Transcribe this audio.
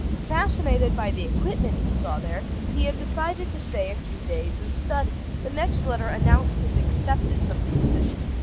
fascinated by the equipment he saw there, he had decided to stay a few days and study it. the next letter announced his acceptance of the position.